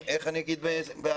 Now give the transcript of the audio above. איך אני אגיד בעדינות?